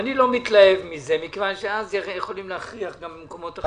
אני לא מתלהב מזה מכיוון שאז יכולים להכריח גם במקומות אחרים.